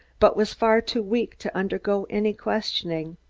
but was far too weak to undergo any questioning.